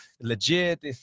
legit